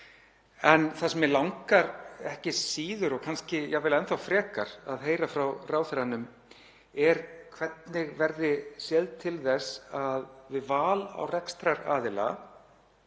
Það sem mig langar ekki síður og kannski jafnvel enn þá frekar að heyra frá ráðherranum er hvernig verði séð til þess að við val á rekstraraðila,